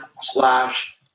slash